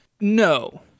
no